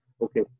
okay